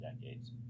decades